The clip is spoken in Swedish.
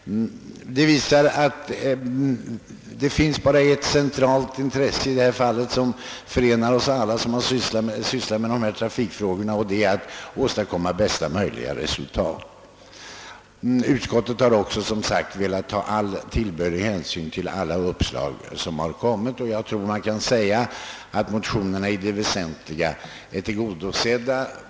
Det visar att det finns ett centralt intresse i detta fall som förenar oss alla som sysslar med trafikfrågor, och det är att åstadkomma bästa möjliga resultat. Utskottet har också, som sagt, velat ta all tillbörlig hänsyn till alla uppslag som har kommit. Jag tror att önskemålen i motionerna i det väsentliga är tillgodosedda.